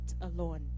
alone